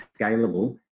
scalable